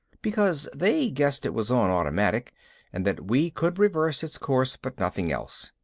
because they guessed it was on automatic and that we could reverse its course but nothing else.